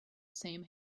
same